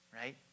right